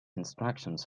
instructions